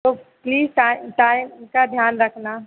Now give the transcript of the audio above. तो please time का ध्यान रखना